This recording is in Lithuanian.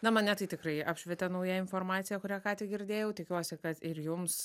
na mane tai tikrai apšvietė nauja informacija kurią ką tik girdėjau tikiuosi kad ir jums